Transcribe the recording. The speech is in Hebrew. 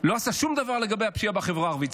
לא עשה שום דבר לגבי הפשיעה בחברה הערבית.